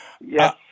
Yes